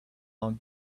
long